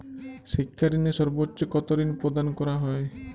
শিক্ষা ঋণে সর্বোচ্চ কতো ঋণ প্রদান করা হয়?